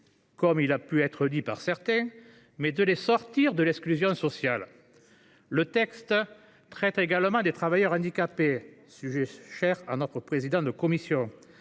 comme certains l’ont prétendu, mais de les sortir de l’exclusion sociale. Le texte traite également des travailleurs handicapés – sujet cher à notre président de commission